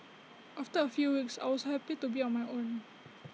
after A few weeks I was happy to be on my own